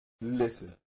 listen